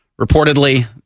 Reportedly